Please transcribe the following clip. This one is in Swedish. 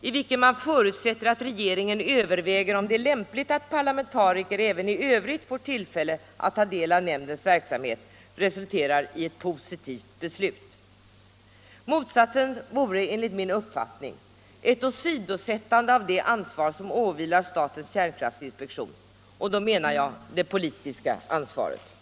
i vilken man förutsätter att regeringen överväger om det är lämpligt att parlamentariker även i övrigt får tillfälle att ta del av nämndens verksamhet, resulterar i ett positivt beslut. Motsatsen vore enligt min uppfattning ett åsidosättande av det ansvar som åvilar statens kärnkraftinspektion — och därvid syftar jag på det politiska ansvaret.